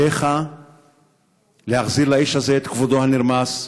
עליך להחזיר לאיש הזה את כבודו הרמוס,